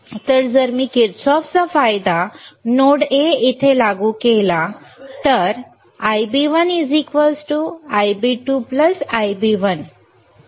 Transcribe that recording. आता जर मी किर्चॉफचा कायदा नोड ए येथे लागू केला तर I1 I2 Ib1 ठीक आहे